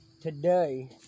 Today